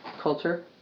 culture